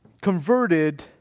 converted